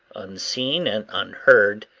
unseen and unheard,